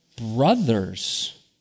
Brothers